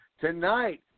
tonight